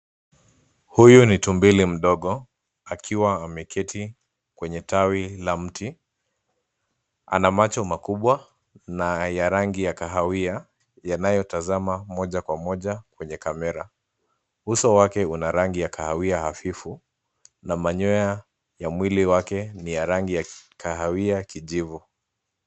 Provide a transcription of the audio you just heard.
Huyu ni tumbili mdogo akiwa ameketi kwenye tawi la mti. Ana macho makubwa na ya rangi ya kahawia yanayotazama moja kwa moja kwenye kamera. Uso wake una rangi ya kahawia hafifu na manyoya ya mwili wake ni ya rangi ya kahawia kijivu.